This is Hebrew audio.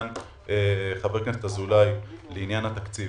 חבר הכנסת אזולאי, לעניין התקציב